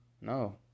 no